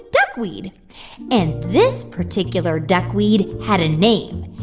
duckweed and this particular duckweed had a name.